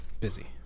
busy